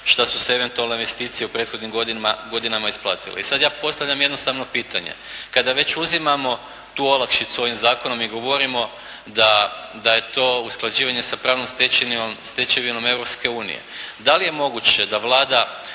što su se eventualne investicije u prethodnim godinama isplatile. I sad ja postavljam jednostavno pitanje. Kada već uzimamo tu olakšicu ovim zakonom i govorimo da je to usklađivanje sa pravnom stečevinom Europske unije, da li je moguće da Vlada